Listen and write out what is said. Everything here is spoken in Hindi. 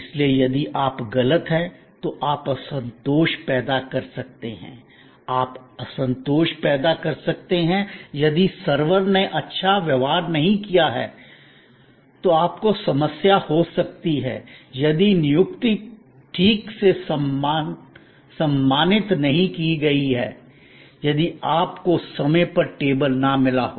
इसलिए यदि आप गलत हैं तो आप असंतोष पैदा कर सकते हैं आप असंतोष पैदा कर सकते हैं यदि सर्वर ने अच्छा व्यवहार नहीं किया है तो आपको समस्या हो सकती है यदि नियुक्ति ठीक से सम्मानित नहीं की गई है यदि आपको समय पर टेबल ना मिला हो